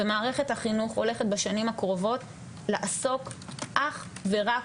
ומערכת החינוך הולכת בשנים הקרובות לעסוק אך ורק